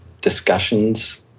discussions